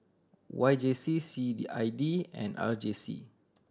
Y J C C D I D and R J C